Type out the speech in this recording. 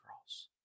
cross